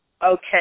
Okay